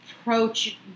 approach